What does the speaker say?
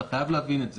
אתה חייב להבין את זה.